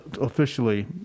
officially